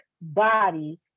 body